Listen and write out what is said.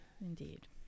indeed